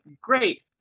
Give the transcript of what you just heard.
Great